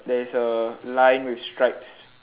there is a line with stripes